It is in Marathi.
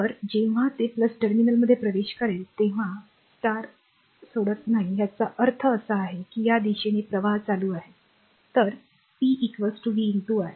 तर जेव्हा ते टर्मिनलमध्ये प्रवेश करेल तेव्हा सोडत नाही याचा अर्थ असा आहे की या दिशेने प्रवाह चालू आहे तर p v i